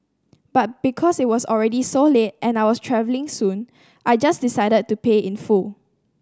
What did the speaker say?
but because it was already so late and I was travelling soon I just decided to pay in full